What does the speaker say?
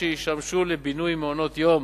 שישמשו לבינוי מעונות-יום,